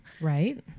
Right